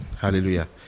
Hallelujah